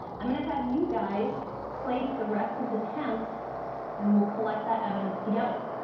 i'm gonna have you guys place the rest of the tents and we'll collect that evidence together.